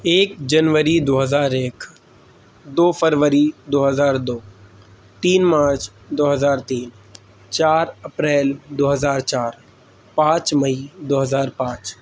ایک جنوری دو ہزار ایک دو فروری دو ہزار دو تین مارچ دو ہزار تین چار اپریل دو ہزار چار پانچ مئی دو ہزار پانچ